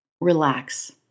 relax